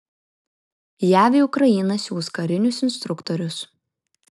jav į ukrainą siųs karinius instruktorius